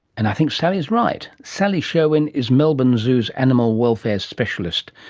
and i think sally is right. sally sherwen is melbourne zoo's animal welfare specialist.